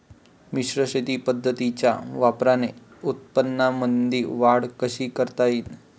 मिश्र शेती पद्धतीच्या वापराने उत्पन्नामंदी वाढ कशी करता येईन?